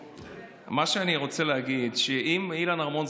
מה שאני רוצה להגיד זה שאם אילן רמון,